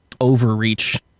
overreach